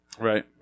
Right